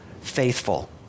faithful